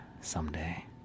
someday